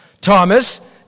Thomas